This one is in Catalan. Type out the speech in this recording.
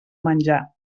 menjar